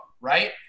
right